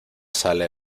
sale